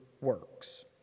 works